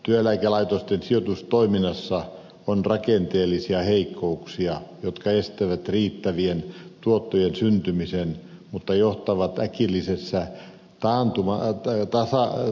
työeläkelaitosten sijoitustoiminnassa on rakenteellisia heikkouksia jotka estävät riittävien tuottojen syntymisen mutta johtavat äkillisessä taantumaa ja tajutaan sanoi